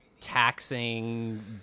taxing